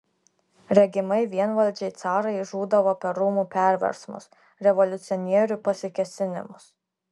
regimai vienvaldžiai carai žūdavo per rūmų perversmus revoliucionierių pasikėsinimus